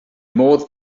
modd